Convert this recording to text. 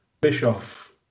bischoff